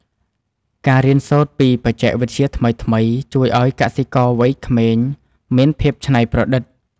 ការរៀនសូត្រពីបច្ចេកវិទ្យាថ្មីៗ ជួយឱ្យកសិករវ័យក្មេងមានភាពច្នៃប្រឌិត។